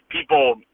people